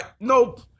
nope